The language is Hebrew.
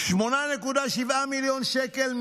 8.7 מיליון שקלים,